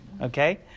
okay